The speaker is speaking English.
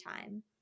time